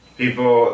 people